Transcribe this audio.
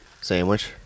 Sandwich